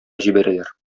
җибәрәләр